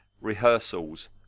rehearsals